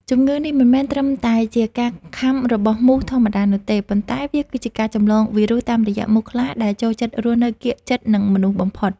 ជំងឺនេះមិនមែនត្រឹមតែជាការខាំរបស់មូសធម្មតានោះទេ ប៉ុន្តែវាគឺជាការចម្លងវីរុសតាមរយៈមូសខ្លាដែលចូលចិត្តរស់នៅកៀកជិតនឹងមនុស្សបំផុត។